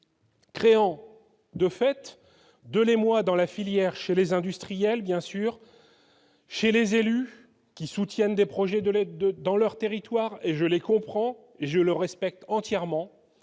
Créant de fait de l'émoi dans la filière chez les industriels bien sûr chez les élus qui soutiennent des projets de l'aide dans leur territoire et je les comprends et je le respecte entièrement,